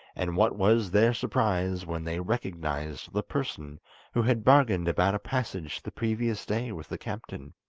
and what was their surprise when they recognised the person who had bargained about a passage the previous day with the captain.